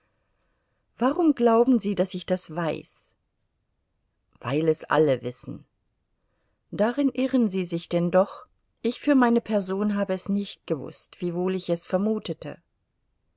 warum glauben sie daß ich das weiß weil es alle wissen darin irren sie sich denn doch ich für meine person habe es nicht gewußt wiewohl ich es vermutete